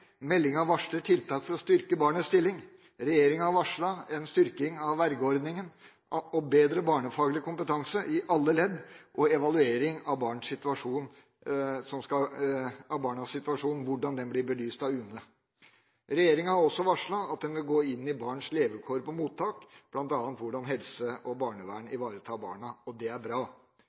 Meldinga varsler tiltak for å styrke barnets stilling. Regjeringa har varslet en styrking av vergeordninga, bedre barnefaglig kompetanse i alle ledd og en evaluering av hvordan barnas situasjon blir belyst av UNE. Regjeringa har også varslet at den vil gå inn i barns levekår på mottak, bl.a. hvordan helse og barnevern ivaretar barna. Det er bra.